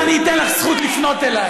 אז אני אתן לך זכות לפנות אליי.